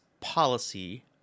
policy